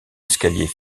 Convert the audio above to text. escaliers